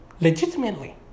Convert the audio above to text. legitimately